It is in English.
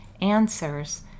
answers